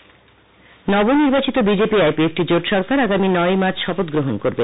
B J P নবনির্বাচিত BJP IPFT জোট সরকার আগামী নয় মার্চ শপথ গ্রহণ করবে